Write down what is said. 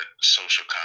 social